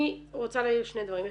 אני רוצה להעיר שני דברים.